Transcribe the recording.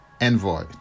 envoy